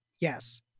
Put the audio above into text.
Yes